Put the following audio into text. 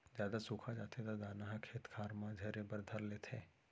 जादा सुखा जाथे त दाना ह खेत खार म झरे बर धर लेथे